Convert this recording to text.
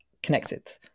connected